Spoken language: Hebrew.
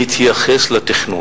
שמתייחס לתכנון,